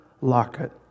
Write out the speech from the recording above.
locket